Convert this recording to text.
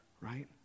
right